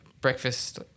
breakfast